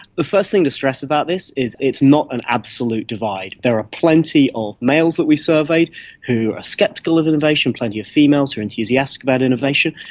the first thing to stress about this is it's not an absolute divide, there are plenty of males that we surveyed who are sceptical of innovation, plenty of females who are enthusiastic about innovation,